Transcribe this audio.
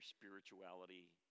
spirituality